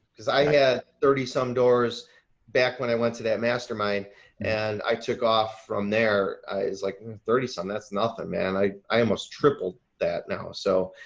cause i had thirty some doors back when i went to that mastermind and i took off from there is like thirty some that's nothing, man. i i almost tripled that now. so,